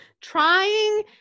trying